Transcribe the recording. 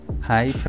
Hi